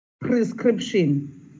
prescription